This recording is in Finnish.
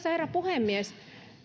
arvoisa herra puhemies